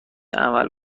عمل